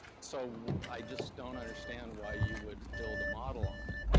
so i just don't understand why you would build a model on it.